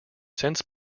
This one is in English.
since